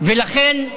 ולכן,